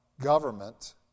government